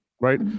right